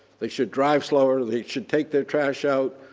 they should drive slower, they should take their trash out,